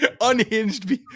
unhinged